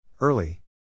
Early